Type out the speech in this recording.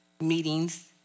meetings